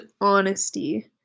honesty